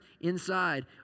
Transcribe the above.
inside